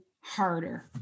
harder